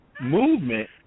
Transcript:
movement